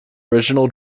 original